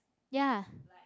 ya